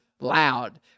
loud